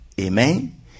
amen